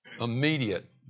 immediate